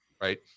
right